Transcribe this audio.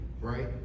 right